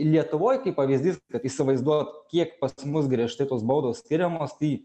lietuvoj kaip pavyzdys kad įsivaizduot kiek pas mus griežtai tos baudos skiriamos tai